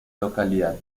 localidad